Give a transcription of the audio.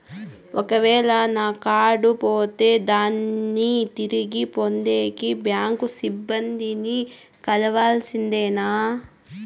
ఒక వేల నా కార్డు పోతే దాన్ని తిరిగి పొందేకి, బ్యాంకు సిబ్బంది ని కలవాల్సిందేనా?